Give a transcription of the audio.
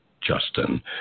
Justin